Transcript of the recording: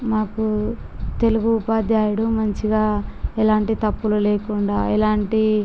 మాకు తెలుగు ఉపాధ్యాయుడు మంచిగా ఎలాంటి తప్పులు లేకుండా ఎలాంటి